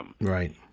Right